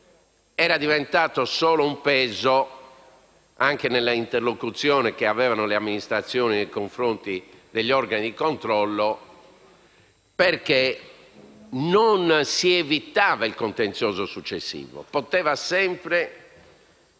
era diventato solo un peso, anche nella interlocuzione che avevano le amministrazioni nei confronti degli organi di controllo, in quanto non si evitava il contenzioso successivo: il soggetto